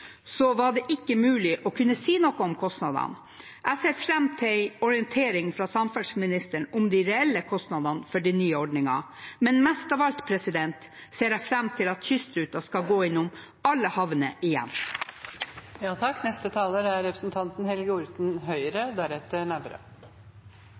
var det ikke mulig å kunne si noe om kostnadene. Jeg ser fram til en orientering fra samferdselsministeren om de reelle kostnadene for den nye ordningen, men mest av alt ser jeg fram til at kystruten skal gå innom alle havner